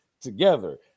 together